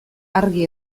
argi